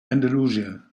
andalusia